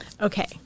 Okay